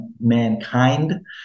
mankind